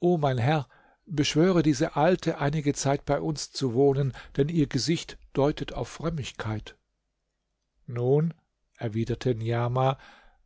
o mein herr beschwöre diese alte einige zeit bei uns zu wohnen denn ihr gesicht deutet auf frömmigkeit nun erwiderte niamah